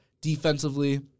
Defensively